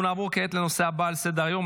אנחנו נעבור כעת לנושא הבא על סדר-היום,